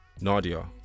Nadia